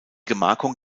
gemarkung